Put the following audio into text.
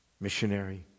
missionary